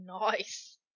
nice